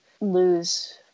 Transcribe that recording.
lose